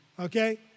okay